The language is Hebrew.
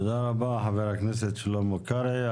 תודה רבה, חבר הכנסת שלמה קרעי.